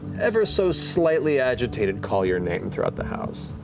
ever so slightly agitated, call your name throughout the house.